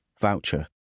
voucher